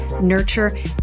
nurture